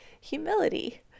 Humility